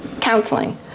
counseling